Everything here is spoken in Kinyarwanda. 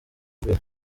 rwe